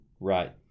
Right